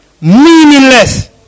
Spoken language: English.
meaningless